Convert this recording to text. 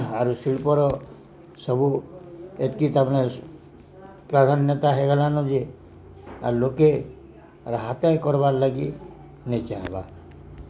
ଆରୁ ଶିଳ୍ପର ସବୁ ଏତ୍କି ତା' ପ୍ରାଧାନ୍ୟତା ହେଇଗଲାନ ଯେ ଆର୍ ଲୋକେ ହାତେର୍ କର୍ବାର୍ ଲାଗି ନାଇଁ ଚାହେଁବା